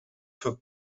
für